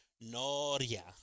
Noria